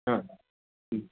हा ह्म्